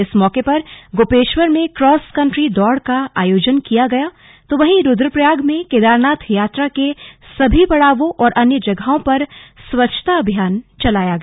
इस मौके पर गोपेश्वर में क्रॉस कंट्री दौड़ का आयोजन किया गया तो वहीं रुद्रप्रयाग में केदारनाथ यात्रा के सभी पड़ावों और अन्य जगहों पर स्वच्छता अभियान चलाया गया